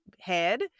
head